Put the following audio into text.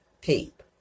Peep